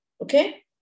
Okay